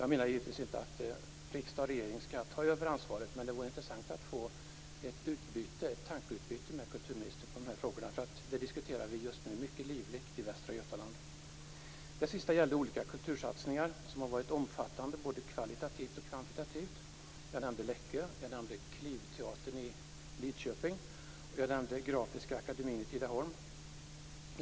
Jag menar givetvis inte att riksdag och regering skall ta över ansvaret, men det vore intressant att få ett tankeutbyte med kulturministern när det gäller dessa frågor. Det sista gäller olika kultursatsningar som har varit omfattande både kvalitativt och kvantitativt. Jag nämnde Läckö, Klivteatern i Lidköping, Litografiska Akademien i Tidaholm.